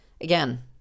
Again